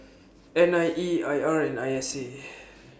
N I E I R and I S A